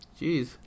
Jeez